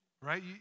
right